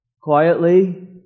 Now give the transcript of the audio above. quietly